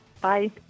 Bye